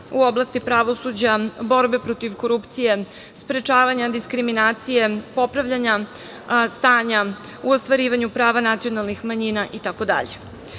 u oblasti pravosuđa, borbe protiv korupcije, sprečavanja diskriminacije, popravljanja stanja u ostvarivanju prava nacionalnih manjina